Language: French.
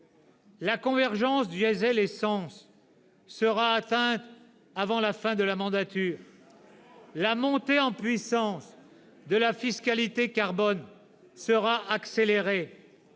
La convergence " diesel-essence " sera atteinte avant la fin de la mandature. » Heureusement !« La montée en puissance de la fiscalité carbone sera accélérée.